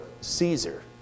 Caesar